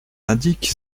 indique